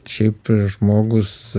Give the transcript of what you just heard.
šiap žmogus